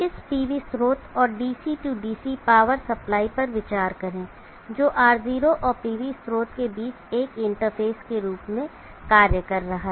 इस PV स्रोत और DC DC पावर सप्लाई पर विचार करें जो R0 और PV स्रोत के बीच एक इंटरफेस के रूप में कार्य कर रहा है